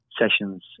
sessions